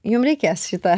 jum reikės šitą